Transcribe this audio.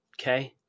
Okay